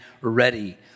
ready